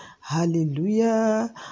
hallelujah